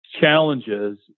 challenges